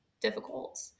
difficult